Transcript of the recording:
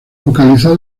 localizado